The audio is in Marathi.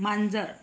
मांजर